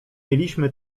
mieliśmy